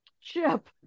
Chip